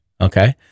okay